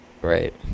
Right